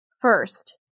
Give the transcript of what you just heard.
First